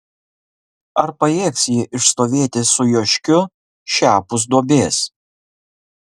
ar pajėgs ji išstovėti su joškiu šiapus duobės